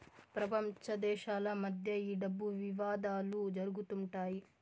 ప్రపంచ దేశాల మధ్య ఈ డబ్బు వివాదాలు జరుగుతుంటాయి